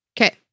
Okay